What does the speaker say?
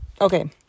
Okay